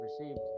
received